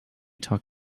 talk